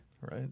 Right